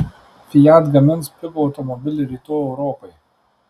fiat gamins pigų automobilį rytų europai